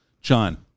John